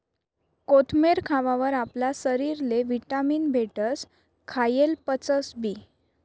कोथमेर खावावर आपला शरीरले व्हिटॅमीन भेटस, खायेल पचसबी